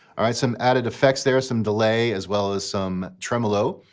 all right, some added effects there, some delay, as well as some tremolo.